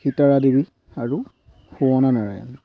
সীতাৰাদেৱী আৰু শোৱানা নাৰায়ণ